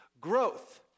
Growth